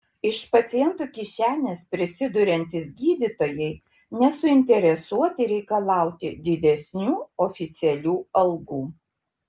iš pacientų kišenės prisiduriantys gydytojai nesuinteresuoti reikalauti didesnių oficialių algų